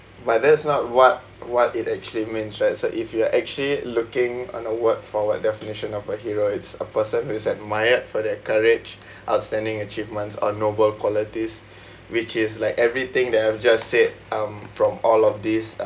but that's not what what it actually means right so if you are actually looking on a word for word definition of a hero it's a person who is admired for their courage outstanding achievements or noble qualities which is like everything that I've just said um from all of these